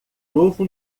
novo